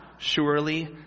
Surely